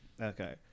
Okay